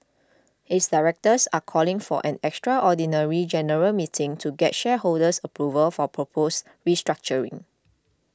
its directors are calling for an extraordinary general meeting to get shareholders approval for proposed restructuring